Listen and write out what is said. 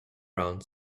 around